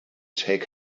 take